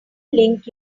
link